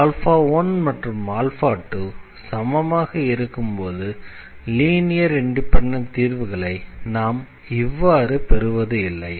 1 மற்றும் 2 சமமாக இருக்கும்போது லீனியர் இண்டிபெண்டண்ட் தீர்வுகளை நாம் இவ்வாறு பெறுவது இல்லை